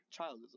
childism